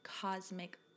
cosmic